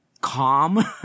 calm